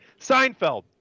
Seinfeld